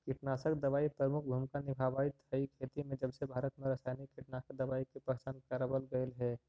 कीटनाशक दवाई प्रमुख भूमिका निभावाईत हई खेती में जबसे भारत में रसायनिक कीटनाशक दवाई के पहचान करावल गयल हे